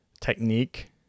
Technique